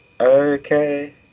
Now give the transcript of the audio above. Okay